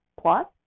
plus